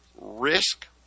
risk